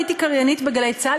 הייתי קריינית בגלי צה"ל,